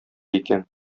икән